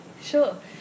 Sure